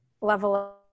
level